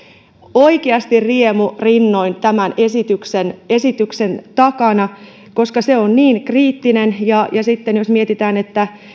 oikeasti riemurinnoin tämän esityksen esityksen takana koska se on niin kriittinen sitten jos mietitään että